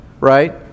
right